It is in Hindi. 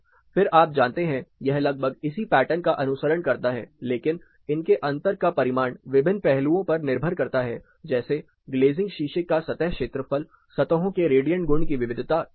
फिर आप जानते हैं यह लगभग इसी पैटर्न का अनुसरण करता है लेकिन इनके अंतर का परिमाण विभिन्न पहलुओं पर निर्भर हो सकता है जैसे ग्लेज़िंग शीशे का सतह क्षेत्रफल सतहों के रेडियंट गुण की विविधता आदि